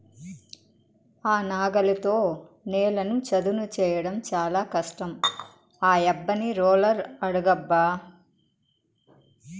ఆ నాగలితో నేలను చదును చేయడం చాలా కష్టం ఆ యబ్బని రోలర్ అడుగబ్బా